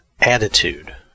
attitude